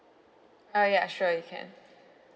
uh ya sure you can